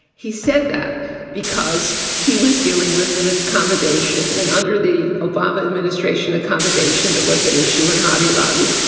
he said that because he was dealing with an accommodation in under the obama administration accommodation that was at issue in hobby lobby,